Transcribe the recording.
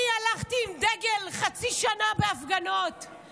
אני הלכתי עם דגל חצי שנה בהפגנות,